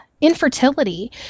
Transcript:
infertility